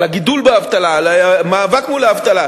על הגידול באבטלה, על המאבק מול האבטלה.